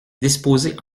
disposés